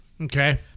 Okay